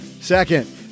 Second